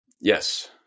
Yes